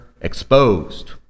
exposed